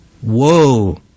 Whoa